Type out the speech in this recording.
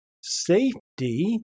safety